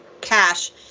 cash